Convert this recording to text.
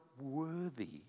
worthy